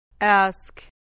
Ask